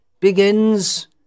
begins